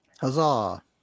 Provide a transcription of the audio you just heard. Huzzah